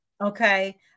Okay